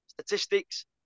Statistics